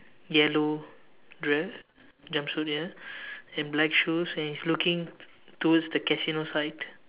yellow dress jump suit ya and black shoes and he's looking towards the casino side